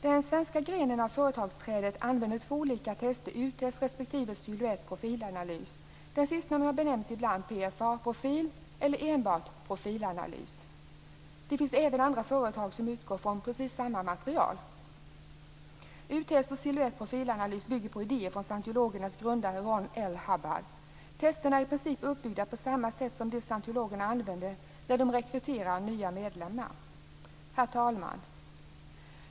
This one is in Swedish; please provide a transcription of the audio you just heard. Den svenska grenen av företagsträdet använder två olika tester, U test respektive Siluett Profilanalys. Det sistnämnda benämns ibland PFA-profil eller enbart Profilanalys. Det finns även andra företag som utgår från precis samma material. U-test och Siluett Profilanalys bygger på idéer från scientologernas grundare Ron L Hubbard. Testen är i princip uppbyggda på samma sätt som dem som scientologerna använder när de rekryterar nya medlemmar. Herr talman!